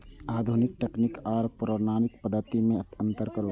आधुनिक तकनीक आर पौराणिक पद्धति में अंतर करू?